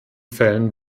fällen